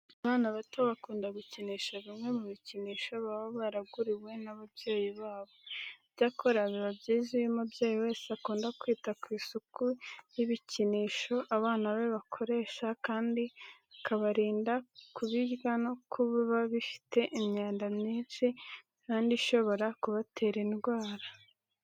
Abana bato bakunda gukinisha bimwe mu bikinisho baba baraguriwe n'ababyeyi babo. Icyakora biba byiza iyo umubyeyi wese akunda kwita ku isuku y'ibikinisho abana be bakoresha kandi akabarinda kubirya kuko biba bifite imyanda myinshi kandi ishobora kubatera indwara.